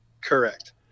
Correct